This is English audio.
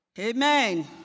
Amen